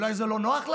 אולי זה לא נוח להם?